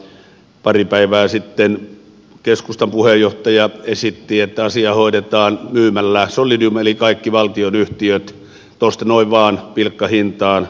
pari päivää sitten keskustan puheenjohtaja esitti että asia hoidetaan myymällä solidium eli kaikki valtionyhtiöt tuosta noin vain pilkkahintaan alennusmyynnillä